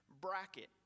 bracket